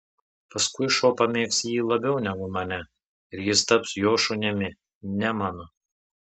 paskui šuo pamėgs jį labiau negu mane ir jis taps jo šunimi ne mano